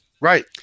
Right